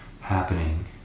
happening